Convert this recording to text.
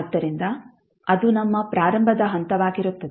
ಆದ್ದರಿಂದ ಅದು ನಮ್ಮ ಪ್ರಾರಂಭದ ಹಂತವಾಗಿರುತ್ತದೆ